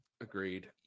agreed